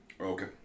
Okay